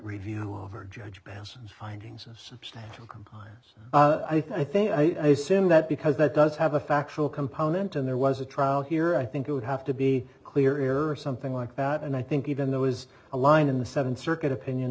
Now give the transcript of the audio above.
review over judge house findings substantial combiners i think i assume that because that does have a factual component and there was a trial here i think it would have to be clear or something like that and i think even there was a line in the seven circuit opinion